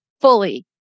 fully